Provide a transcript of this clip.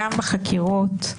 גם בחקירות,